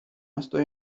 estoy